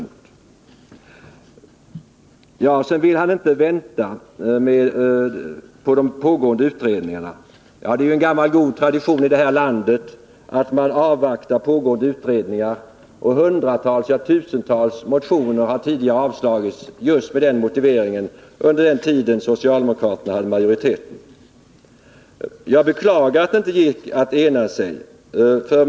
Vidare ville Erik Wärnberg inte vänta på de pågående utredningarna. Det är gammal god tradition i vårt land att man avvaktar pågående utredningar. Hundratals, ja tusentals motioner har tidigare avslagits just med sådan motivering under den tid då socialdemokraterna hade majoritet i riksdagen. Jag beklagar att utskottet inte kunde ena sig i detta ärende.